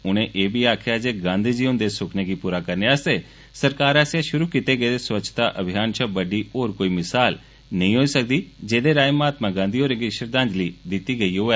उनें आखेआ जे गांधी जी हुंदे सुक्खने गी पूरा करने आस्तै सरकार आसेआ षुरु कीता गेदे स्वच्छता अभियान षा बड्डी होर कोई मिसाल नेईं होई सकदी जेह्दे राएं महात्मा गांधी होरें'गी श्रद्धांजलि दित्ती गेई होऐ